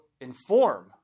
inform